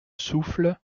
souffle